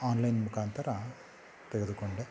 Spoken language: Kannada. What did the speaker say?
ಆನ್ಲೈನ್ ಮುಖಾಂತರ ತೆಗೆದುಕೊಂಡೆ